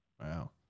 Wow